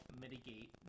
mitigate